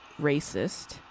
racist